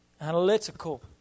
analytical